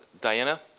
diana?